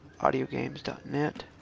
audiogames.net